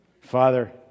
Father